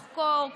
לחקור,